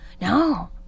No